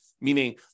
meaning